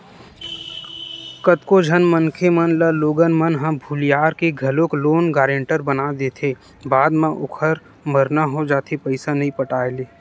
कतको झन मनखे मन ल लोगन मन ह भुलियार के घलोक लोन गारेंटर बना देथे बाद म ओखर मरना हो जाथे पइसा नइ पटाय ले